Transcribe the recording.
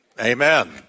Amen